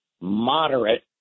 moderate